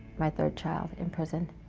my third child in prison.